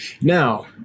Now